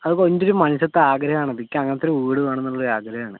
അതിപ്പോൾ എൻ്റെയൊരു മനസ്സിലത്തെ ആഗ്രഹമാണ് എനിക്ക് അങ്ങനത്തെ ഒരു വീട് വേണം എന്നുള്ളൊരു ഒരാഗ്രഹമാണ്